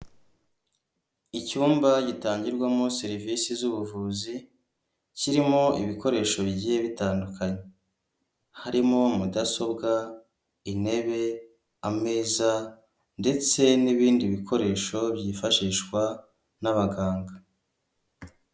Icyumba gitangirwamo serivisi z'ubuvuzi kirimo ibikoresho bigiye bitandukanye harimo mudasobwa, intebe, ameza ndetse n'ibindi bikoresho byifashishwa n'abaganga.